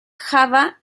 java